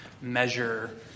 measure